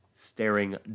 staring